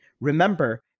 remember